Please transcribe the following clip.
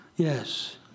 Yes